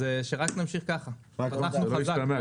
אז שרק המשיך ככה, פתחנו חזק.